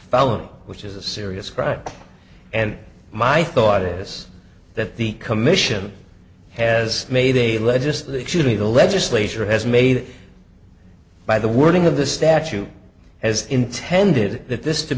felony which is a serious crime and my thought is that the commission has made a legislature to the legislature has made by the wording of the statute as intended that this to